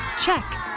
Check